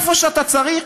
איפה שאתה צריך,